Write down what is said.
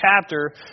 chapter